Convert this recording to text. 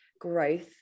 growth